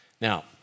Now